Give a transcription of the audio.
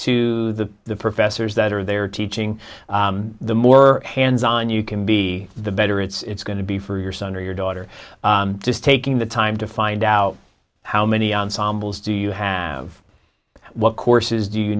to the the professors that are there teaching the more hands on you can be the better it's going to be for your son or your daughter just taking the time to find out how many ensembles do you have what courses do you